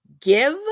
give